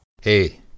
Hey